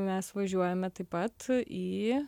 mes važiuojame taip pat į